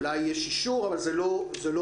אולי יש אישור אבל זה לא נעשה,